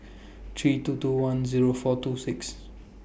three two two one Zero four two six